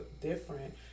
different